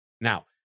Now